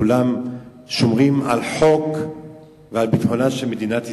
כולם שומרים על חוק ועל ביטחונה של מדינת ישראל.